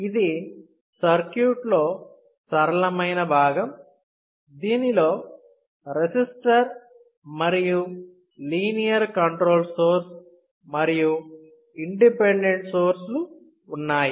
ఇది సర్క్యూట్లో సరళమైన భాగం దీనిలో రెసిస్టర్ మరియు లీనియర్ కంట్రోల్ సోర్స్ మరియు మూడు ఇండిపెండెంట్ సోర్స్లు ఉన్నాయి